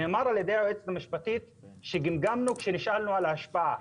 נאמר על ידי היועצת המשפטית שגמגמנו כאשר נשאלנו על ההשפעה.